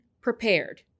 prepared